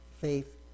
faith